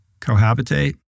cohabitate